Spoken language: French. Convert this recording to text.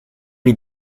ils